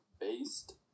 based